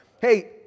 Hey